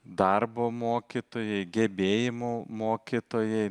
darbo mokytojai gebėjimų mokytojai